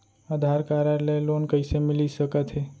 आधार card ले loan कइसे मिलिस सकत हे?